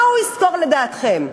מה הוא ישכור לדעתכם?